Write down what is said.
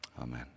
Amen